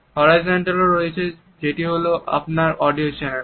হরাইজন্টালও রয়েছে যেটি হল আপনার অডিও চ্যানেল